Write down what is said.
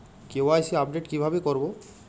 KYC update কিভাবে করবো?